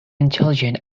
intelligent